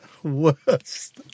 worst